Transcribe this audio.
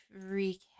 recap